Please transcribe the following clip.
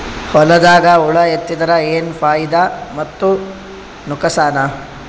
ಹೊಲದಾಗ ಹುಳ ಎತ್ತಿದರ ಏನ್ ಫಾಯಿದಾ ಮತ್ತು ನುಕಸಾನ?